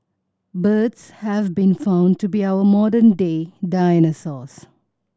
birds have been found to be our modern day dinosaurs